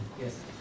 Yes